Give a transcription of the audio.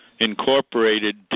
incorporated